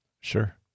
Sure